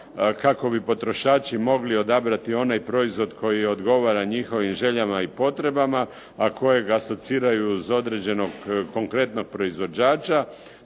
kako bi potrošači mogli odabrati onaj proizvod koji odgovara njihovim željama i potrebama a kojeg asociraju uz određenog konkretnog proizvođača